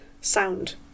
sound